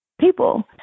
people